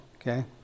okay